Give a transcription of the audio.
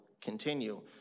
continue